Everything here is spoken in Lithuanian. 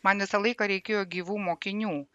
man visą laiką reikėjo gyvų mokinių